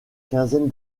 quinzaine